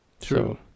True